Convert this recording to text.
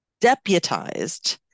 deputized